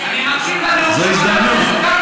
אני מקשיב לנאום של חבר הכנסת כבל,